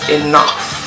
enough